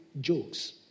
jokes